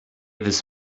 this